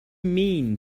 mean